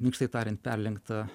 minkštai tariant perlenkta